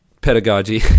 pedagogy